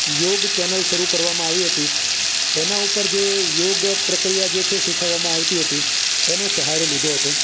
યોગ ચેનલ શરૂ કરવામાં આવી હતી એનાં ઉપર જે યોગ પ્રક્રિયા જે છે શીખવવામાં આવતી હતી એનો સહારો લીધો હતો